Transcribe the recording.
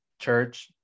church